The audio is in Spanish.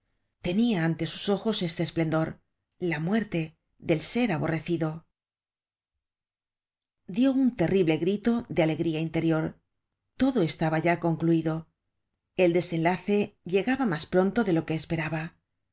tenia ante sus ojos este esplendor la muerte del ser aborrecido content from google book search generated at dió un terrible grito de alegría interior todo estaba ya concluido el desenlace llegaba mas pronto de lo que esperaba